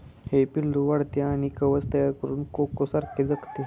हे पिल्लू वाढते आणि कवच तयार करून कोकोसारखे जगते